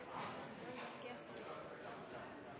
Takk